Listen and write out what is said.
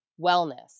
wellness